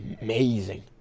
amazing